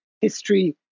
history